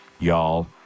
y'all